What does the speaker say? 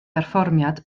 berfformiad